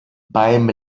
beim